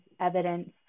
evidence